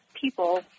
people